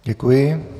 Děkuji.